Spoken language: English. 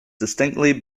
distinctly